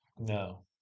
No